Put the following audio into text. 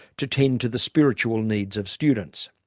to tend to the spiritual needs of students,